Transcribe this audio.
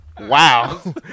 wow